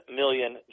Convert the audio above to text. million